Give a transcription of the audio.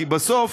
כי בסוף,